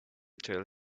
till